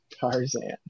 Tarzan